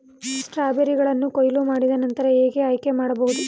ಸ್ಟ್ರಾಬೆರಿಗಳನ್ನು ಕೊಯ್ಲು ಮಾಡಿದ ನಂತರ ಹೇಗೆ ಆಯ್ಕೆ ಮಾಡಬಹುದು?